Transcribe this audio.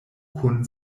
kun